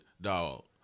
dog